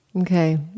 Okay